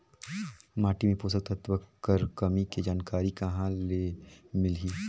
माटी मे पोषक तत्व कर कमी के जानकारी कहां ले मिलही?